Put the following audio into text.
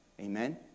Amen